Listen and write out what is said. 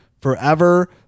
forever